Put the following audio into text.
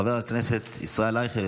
חבר הכנסת ישראל אייכלר,